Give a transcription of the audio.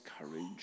courage